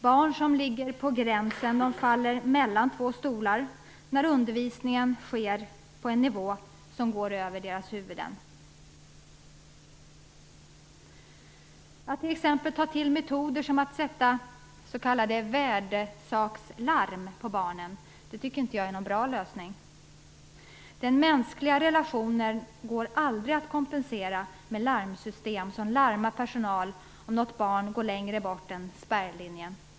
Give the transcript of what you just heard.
Barn som ligger på gränsen klarar inte undervisningen när den ges på en nivå som ligger över deras huvuden. Att ta till metoder som att sätta s.k. värdesakslarm på barnen tycker jag inte är bra. Mänskliga relationer går aldrig att ersätta med system som larmar personalen om ett barn går över spärrlinjen.